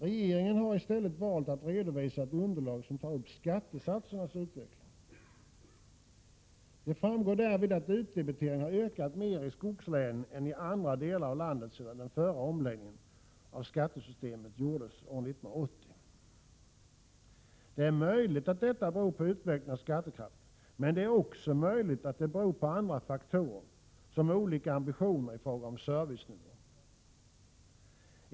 Regeringen har i stället. valt att redovisa ett underlag som tar upp skattesatsernas utveckling. Det framgår därvid att utdebiteringen har ökat mer i skogslänen än i andra delar av landet sedan den förra omläggningen av skatteutjämningssystemet gjordes år 1980. Det är möjligt att detta beror på utvecklingen av skattekraften, men det är också möjligt att det beror på andra faktorer, som olika ambitioner i fråga om servicenivå.